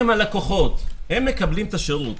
הם הלקוחות, הם מקבלים את השירות.